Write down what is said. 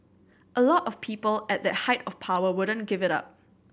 a lot of people at that height of power wouldn't give it up